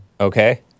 Okay